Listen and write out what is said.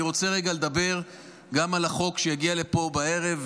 אני רוצה רגע לדבר גם על החוק שיגיע לפה בערב,